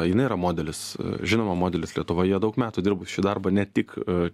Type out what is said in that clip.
jinai yra modelis žinoma modelis lietuvoje daug metų dirbus šį darbą ne tik